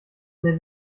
mehr